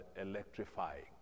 electrifying